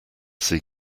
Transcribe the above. see